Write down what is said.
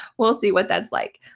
we'll see what that's like.